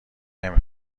نمی